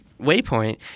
waypoint